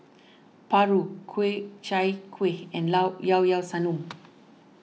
Paru Ku Chai Kueh and Llao Llao Sanum